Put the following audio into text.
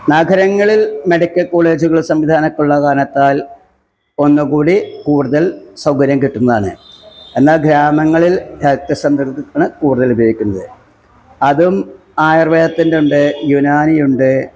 നഗരങ്ങളില് medical കോളേജുകൾ സംവിധാനമൊക്കെ ഉള്ള കാരണത്താല് ഒന്നുകൂടി കൂടുതല് സൗകര്യം കിട്ടും എന്നാണ് എന്നാല് ഗ്രാമങ്ങളില് ഹെല്ത്ത് സെന്ററാണ് കൂടുതല് ഉപയോഗിക്കുന്നത് അതും ആയുര്വേദത്തിന്റെ ഉണ്ട് യുനാനി ഉണ്ട്